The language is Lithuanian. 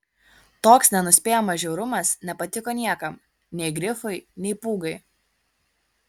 toks nenuspėjamas žiaurumas nepatiko niekam nei grifui nei pūgai